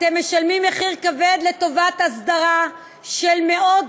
אתם משלמים מחיר כבד לטובת הסדרה של מאות